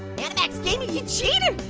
animex gamer, you cheated!